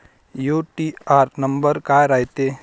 UTR number काय रायते?